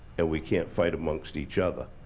and we can't fight amongst each other.